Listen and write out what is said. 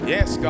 Yes